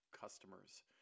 customers